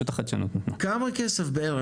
כמה כסף בערך?